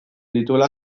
dituela